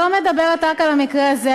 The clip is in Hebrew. אני לא מדברת רק על המקרה הזה.